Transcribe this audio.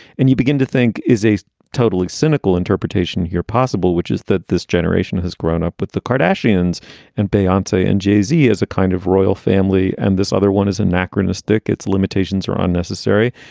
and you begin to think is a totally cynical interpretation here possible, which is that this generation has grown up with the cardassian and and beyonce and jay-z as a kind of royal family. and this other one is anachronistic. its limitations are unnecessary.